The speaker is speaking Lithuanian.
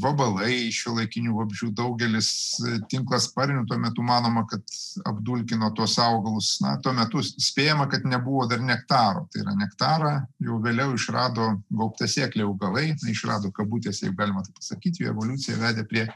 vabalai šiuolaikinių vabzdžių daugelis tinklasparnių tuo metu manoma kad apdulkino tuos augalus na tuo metu spėjama kad nebuvo dar nektaro tai yra nektarą jau vėliau išrado gaubtasėkliai augalai išrado kabutėse jeigu galima sakyti evoliucija vedė prie